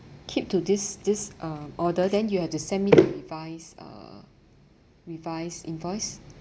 keep to this this uh order then you have to send me the revise uh revised invoice